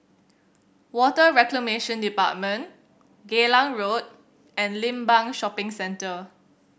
Water Reclamation Department Geylang Road and Limbang Shopping Centre